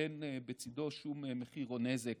ואין בצידו שום מחיר או נזק